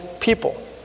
people